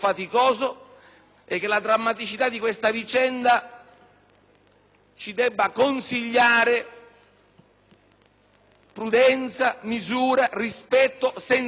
ci debba consigliare prudenza, misura, rispetto e sensibilità. Dobbiamo tutti sfuggire